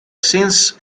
since